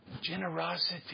Generosity